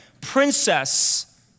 Princess